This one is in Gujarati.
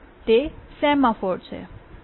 તે સેમાફોર છે